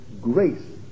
grace